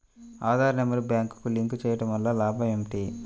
Aadhaar number బ్యాంక్నకు link చేయుటవల్ల లాభం ఏమిటి?